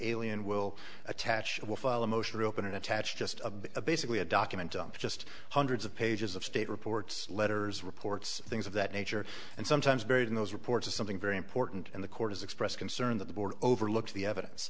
alien will attach will file a motion to open an attached just a basically a document dump just hundreds of pages of state reports letters reports things of that nature and sometimes buried in those reports of something very important in the court as expressed concern that the board overlooks the evidence